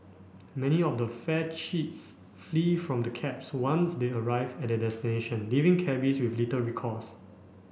many of the fare cheats flee from the cabs once they arrive at their destination leaving cabbies with little recourse